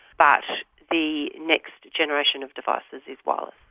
but the next generation of devices is wireless.